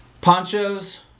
Ponchos